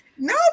No